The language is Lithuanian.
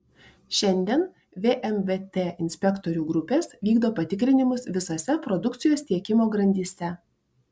šiandien vmvt inspektorių grupės vykdo patikrinimus visose produkcijos tiekimo grandyse